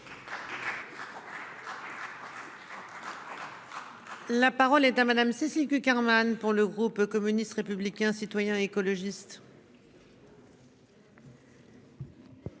La parole est à madame Cécile Cukierman. Pour le groupe communiste, républicain, citoyen et écologiste.